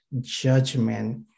judgment